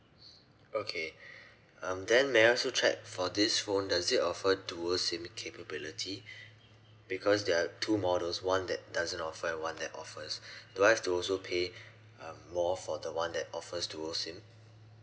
okay um then may I also check for this phone does it offer dual SIM capability because there are two models one that doesn't offer and one that offers do I have to also pay um more for the one that offers dual SIM